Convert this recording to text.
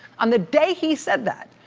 on the day he said that,